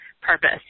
purpose